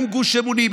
עם גוש אמונים,